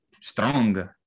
strong